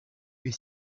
est